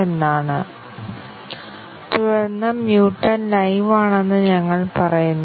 അതിനാൽ ഈ ചോദ്യത്തിന് ഉത്തരം നൽകാൻ നിങ്ങൾക്ക് നിങ്ങളുടെ സ്വന്തം ധാരണ പരിശോധിക്കാനാകും